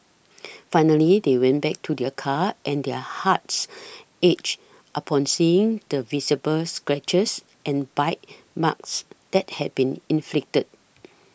finally they went back to their car and their hearts ached upon seeing the visible scratches and bite marks that had been inflicted